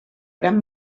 gran